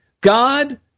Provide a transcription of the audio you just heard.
God